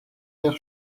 air